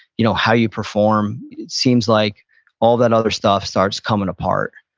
you know how you perform, it seems like all that other stuff starts coming apart.